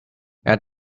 add